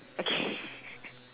okay